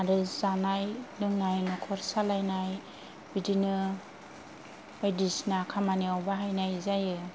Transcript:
आरो जानाय लोंनाय न'खर सालायनाय बिदिनो बायदिसिना खामानियाव बाहायनाय जायो